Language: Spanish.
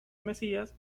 mesías